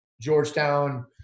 georgetown